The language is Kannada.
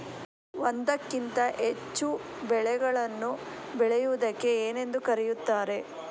ಒಂದಕ್ಕಿಂತ ಹೆಚ್ಚು ಬೆಳೆಗಳನ್ನು ಬೆಳೆಯುವುದಕ್ಕೆ ಏನೆಂದು ಕರೆಯುತ್ತಾರೆ?